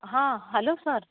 हां hello sir